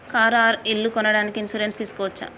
Car or ఇల్లు కొనడానికి insurance తీస్కోవచ్చా?